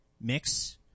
mix